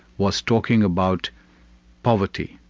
was talking about poverty,